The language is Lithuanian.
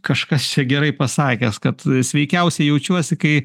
kažkas čia gerai pasakęs kad sveikiausia jaučiuosi kai